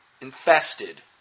infested